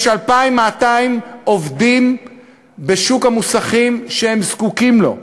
יש 2,200 עובדים בשוק המוסכים שזקוקים לו.